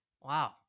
Wow